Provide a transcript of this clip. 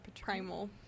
primal